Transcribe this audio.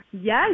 Yes